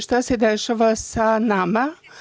Šta se dešava sa nama?